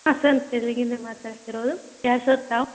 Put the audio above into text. ಹಾಂ ಸರ್ ಮಾತಾಡ್ತಿರೋದು ಯಾರು ಸರ್ ತಾವು